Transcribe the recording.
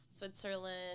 Switzerland